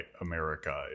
America